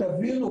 תבינו,